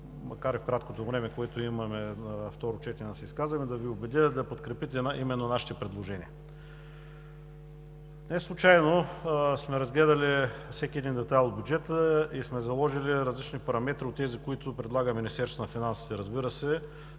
макар и краткото време, което имаме на второ четене, с изказвания да Ви убедя да подкрепите именно нашите предложения. Неслучайно сме разгледали всеки един детайл от бюджета и сме заложили различни параметри от тези, които предлага Министерството на финансите, разбира се,